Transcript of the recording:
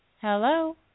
Hello